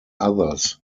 others